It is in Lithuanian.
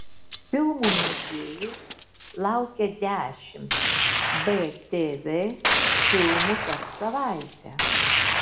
filmų mėgėjų laukia dešimt btv filmų per savaitę